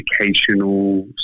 educational